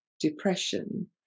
depression